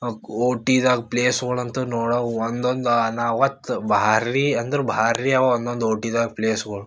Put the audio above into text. ಆ ಓಟಿದಾಗ ಪ್ಲೇಸ್ಗಳಂತೂ ನೋಡವ್ ಒಂದೊಂದು ಭಾರೀ ಅಂದ್ರೆ ಭಾರೀ ಅವ ಒಂದೊಂದು ಓಟಿದಾಗ್ ಪ್ಲೇಸ್ಗಳು